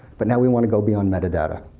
but now we want to go beyond metadata.